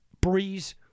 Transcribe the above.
Breeze